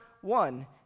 one